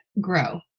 grow